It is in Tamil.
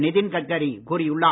நிதின் கட்கரி கூறியுள்ளார்